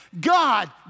God